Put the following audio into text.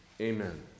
Amen